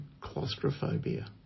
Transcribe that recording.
claustrophobia